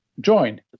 join